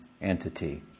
entity